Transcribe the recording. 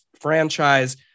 franchise